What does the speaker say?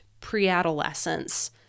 pre-adolescence